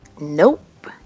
Nope